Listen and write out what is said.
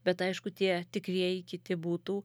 bet aišku tie tikrieji kiti būtų